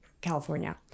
California